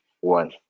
one